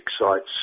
sites